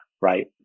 right